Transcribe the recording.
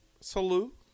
salute